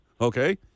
okay